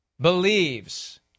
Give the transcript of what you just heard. believes